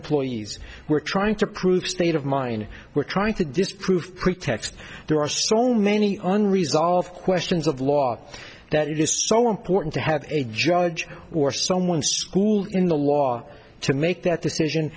please we're trying to prove state of mind we're trying to disprove pretexts there are so many unresolved questions of law that it is so important to have a judge or someone school in the law to make that decision